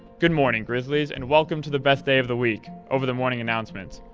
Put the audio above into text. good morning, grizzlies, and welcome to the best day of the week over the morning announcements.